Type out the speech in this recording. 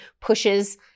pushes